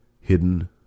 Hidden